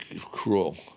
cruel